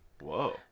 whoa